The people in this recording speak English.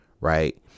Right